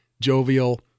jovial